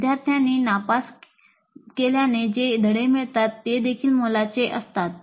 विद्यार्थ्यांना नापास केल्याने जे धडे मिळतात तेदेखील मोलाचे असतात